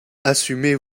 assumez